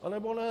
Anebo ne.